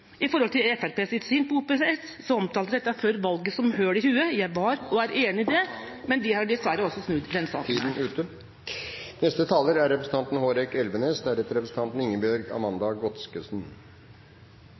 i Norge – det har vi skjønt. Når det gjelder Fremskrittspartiets syn på OPS: De omtalte dette før valget som «høl i hue». Jeg var og er enig i det, men de har dessverre også snudd